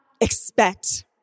expect